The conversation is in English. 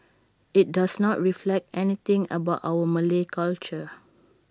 IT does not reflect anything about our Malay culture